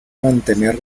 mantener